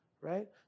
right